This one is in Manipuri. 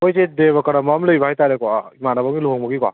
ꯑꯩꯈꯣꯏꯁꯦ ꯗꯦꯚ ꯀꯔꯃ ꯑꯃ ꯂꯩꯕ ꯍꯥꯏꯇꯥꯔꯦꯀꯣ ꯏꯃꯥꯟꯅꯕꯒꯤ ꯂꯨꯍꯣꯡꯕꯒꯤꯀꯣ